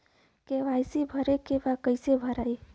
KYC भरे के बा कइसे भराई?